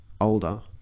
older